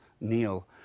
Neil